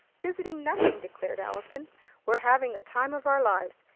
visiting, nothing! declared allison we're having the time of our lives.